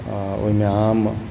आ ओहिमे आम